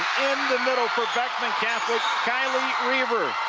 the middle for beckmancatholic, kylie rueber.